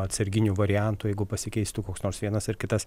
atsarginių variantų jeigu pasikeistų koks nors vienas ar kitas